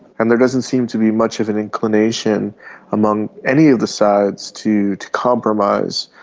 and there doesn't seem to be much of an inclination among any of the sides to to compromise,